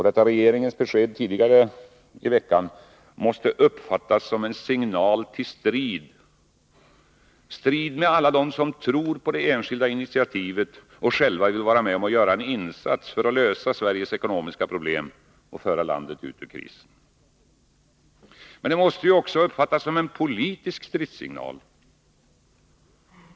Detta regeringens besked tidigare i veckan måste uppfattas som en signal till strid med alla dem som tror på det enskilda initiativet och själva vill vara med om att göra en insats för att lösa Sveriges ekonomiska problem och föra landet ut ur krisen. Men det måste också uppfattas som en politisk stridssignal.